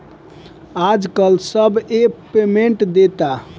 आजकल सब app payment देता